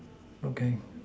okay